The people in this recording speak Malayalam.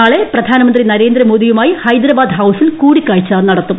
നാളെ പ്രധാനമന്ത്രി നരേന്ദ്രമോദിയുമായി ഹൈദരാബാദ് ഹൌസിൽ കൂടിക്കാഴ്ച നടത്തും